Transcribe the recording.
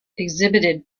exhibited